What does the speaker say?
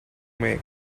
make